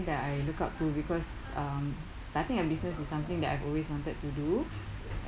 that I look up to because um starting a business is something that I've always wanted to do